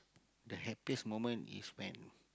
the happiest moment is when